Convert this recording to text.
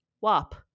WAP